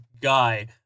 guy